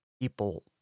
People